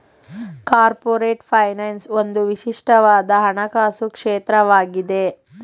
corporate finance ಒಂದು ವಿಶಿಷ್ಟವಾದ ಹಣಕಾಸು ಕ್ಷೇತ್ರವಾಗಿದೆ